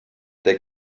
der